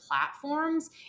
platforms